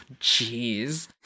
jeez